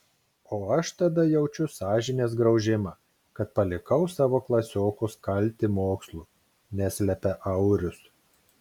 o aš tada jaučiu sąžinės graužimą kad palikau savo klasiokus kalti mokslų neslepia aurius